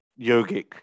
yogic